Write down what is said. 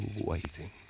waiting